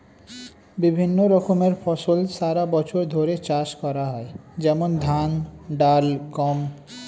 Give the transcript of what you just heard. বিভিন্ন রকমের ফসল সারা বছর ধরে চাষ করা হয়, যেমন ধান, ডাল, গম